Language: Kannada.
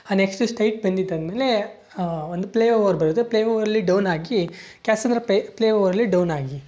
ಹಾಂ ನೆಕ್ಸ್ಟು ಸ್ಟೈಟ್ ಬಂದಿದ್ದು ಆದ್ಮೇಲೆ ಒಂದು ಪ್ಲೇ ಓವರ್ ಬರುತ್ತೆ ಪ್ಲೇ ಓವರಲ್ಲಿ ಡೌನ್ ಆಗಿ ಕ್ಯಾತ್ಸಂದ್ರ ಪೆ ಪ್ಲೇ ಓವರಲ್ಲಿ ಡೌನ್ ಆಗಿ